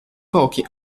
pochi